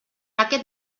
aquest